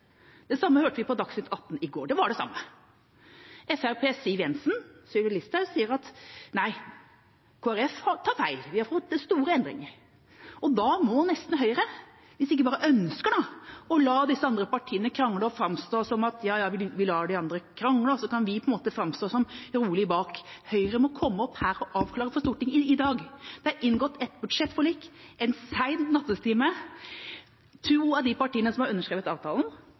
det innebar ingen forskjell. Det samme hørte vi på Dagsnytt 18 i går – det var det samme. Fremskrittspartiets Siv Jensen og Sylvi Listhaug sier at nei, Kristelig Folkeparti tar feil, de har fått til store endringer. Da må nesten Høyre, hvis de ikke bare ønsker å la disse andre partiene krangle – vi lar de andre krangle, og så kan vi på en måte framstå som rolige bak – komme opp her og avklare for Stortinget i dag. Det er inngått et budsjettforlik en sen nattetime. To av de partiene som har underskrevet avtalen,